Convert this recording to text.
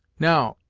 now,